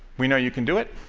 we know you can do it,